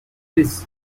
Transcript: bridge